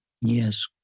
Yes